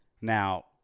Now